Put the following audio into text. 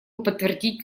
подтвердить